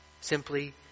Simply